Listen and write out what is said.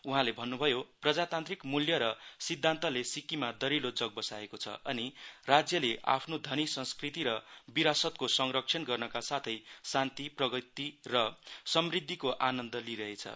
उहाँले भन्नुभयो प्रजातान्त्रिक मूल्य र सिद्धान्तले सिक्किममा दहिलो जड़ा बसाएको छ अनि राज्यले आफ्नो धनी संस्कृति र विरासतको संरक्षण गर्नका साथै शान्ति प्रगति र समृद्धिको आनन्द लिइरहेछ